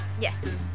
Yes